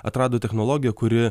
atrado technologiją kuri